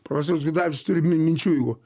profesorius gudavičius turi minčių